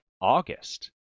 August